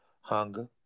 hunger